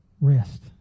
rest